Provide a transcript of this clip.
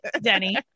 denny